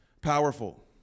powerful